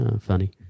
Funny